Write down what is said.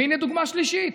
והינה דוגמה שלישית.